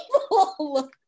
people